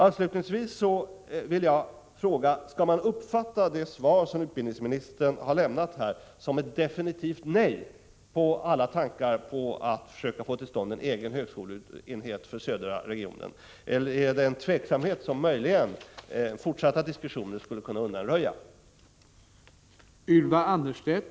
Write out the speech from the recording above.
Avslutningsvis vill jag fråga: Skall man uppfatta det svar som utbildningsministern har lämnat som ett defintivt nej till alla tankar på att försöka få till stånd en egen högskoleenhet för södra regionen, eller är det en tveksamhet som fortsatta diskussioner möjligen skulle kunna undanröja?